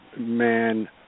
man –